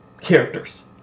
characters